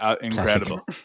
incredible